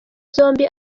zombi